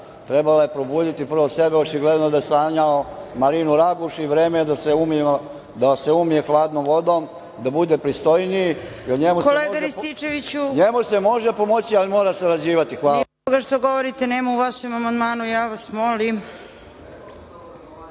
trebala je probuditi prvo sebe. Očigledno da je sanjao Marinu Raguš i vreme je da se umije hladnom vodom, da bude pristojniji. Njemu se može pomoći, ali mora sarađivati. Hvala.